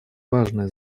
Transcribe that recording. важное